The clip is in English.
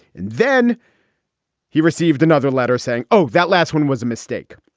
and then he received another letter saying, oh, that last one was a mistake.